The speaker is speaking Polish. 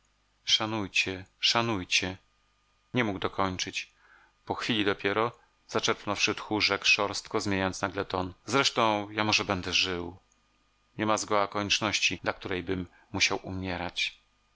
zostawcie jej szanujcie szanujcie nie mógł dokończyć po chwili dopiero zaczerpnąwszy tchu rzekł szorstko zmieniając nagle ton zresztą ja może będę żył niema zgoła konieczności dla którejbym musiał umierać